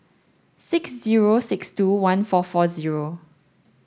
six zero six two one four four zero